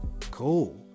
cool